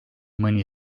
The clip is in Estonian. mõni